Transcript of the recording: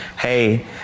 hey